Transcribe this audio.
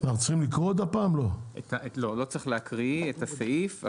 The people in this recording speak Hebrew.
לא צריך להקריא את הסעיף.